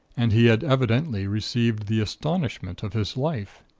and he had evidently received the astonishment of his life.